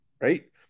right